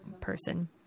person